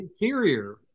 interior